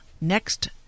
next